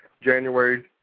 January